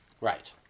Right